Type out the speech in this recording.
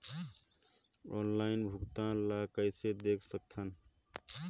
Online भुगतान ल कइसे देख सकथन?